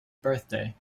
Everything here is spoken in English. birthday